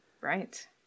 Right